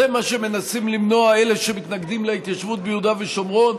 זה מה שמנסים למנוע אלה שמתנגדים להתיישבות ביהודה ושומרון.